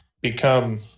become